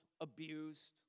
abused